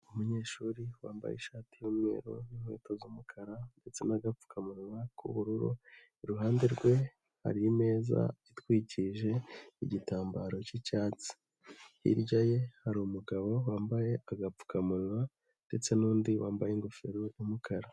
Umunyeshuri wambaye ishati y'umweru n'inkweto z'umukara ndetse n'agapfukamunwa k'ubururu, iruhande rwe hari imeza itwikije igitambaro cy'icyatsi, hirya ye hari umugabo wambaye agapfukamunwa ndetse n'undi wambaye ingofero y'umukara.